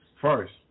first